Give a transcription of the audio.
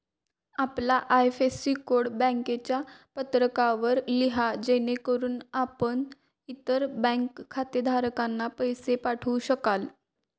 आपला IFSC code बँकेच्या पत्रकावर लिहा जेणेकरून आपण इतर बँक खातेधारकांना पैसे पाठवू शकाल